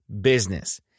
Business